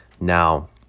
Now